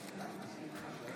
נגד